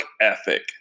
ethic